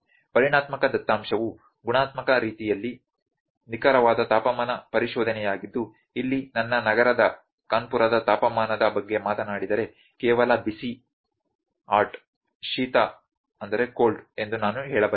ಪರಿಮಾಣಾತ್ಮಕ ದತ್ತಾಂಶವು ಗುಣಾತ್ಮಕ ರೀತಿಯಲ್ಲಿ ನಿಖರವಾದ ತಾಪಮಾನ ಪರಿಶೋಧನೆಯಾಗಿದ್ದು ಇಲ್ಲಿ ನನ್ನ ನಗರದ ಕಾನ್ಪುರದ ತಾಪಮಾನದ ಬಗ್ಗೆ ಮಾತನಾಡಿದರೆ ಕೇವಲ ಬಿಸಿ ಶೀತ ಎಂದು ನಾನು ಹೇಳಬಲ್ಲೆ